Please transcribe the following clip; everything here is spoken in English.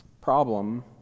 problem